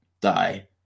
die